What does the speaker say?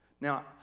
Now